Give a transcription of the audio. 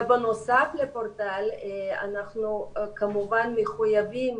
בנוסף לפורטל אנחנו כמובן מחויבים